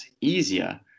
easier